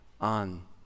on